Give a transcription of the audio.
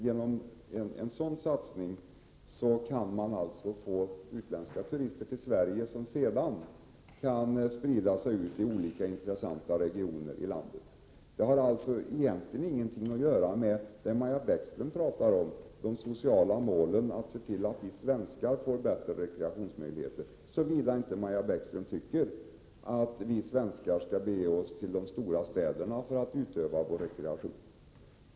Genom en sådan satsning kan man få utländska turister till Sverige som sedan kan spridas till olika intressanta regioner i landet. Det har alltså egentligen ingenting att göra med det som Maja Bäckström talar om, nämligen det sociala målet att se till att vi svenskar får bättre rekreationsmöjligheter, såvida Maja Bäckström inte tycker att vi svenskar skall bege oss till de stora städerna för att utöva rekreation.